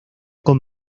con